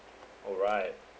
alright